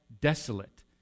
desolate